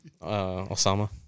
Osama